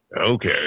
Okay